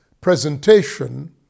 presentation